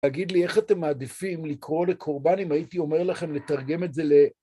תגיד לי איך אתם מעדיפים לקרוא לקורבן, אם הייתי אומר לכם לתרגם את זה ל...